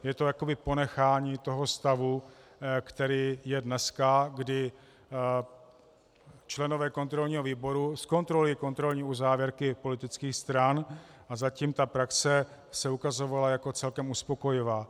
Je to jakoby ponechání stavu, který je dneska, kdy členové kontrolního výboru zkontrolují kontrolní uzávěrky politických stran, a zatím ta praxe se ukazovala jako celkem uspokojivá.